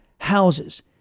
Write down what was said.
houses